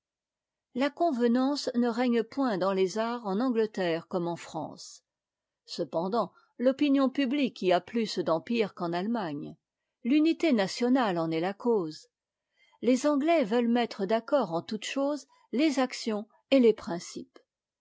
la convenance ne règne point dans les arts en angleterre comme en france cependant l'opinion publique y a plus d'empire qu'en allémagne l'unité nationale en est a cause les anglais veulent mettre d'accord en toutes choses les actions et les principes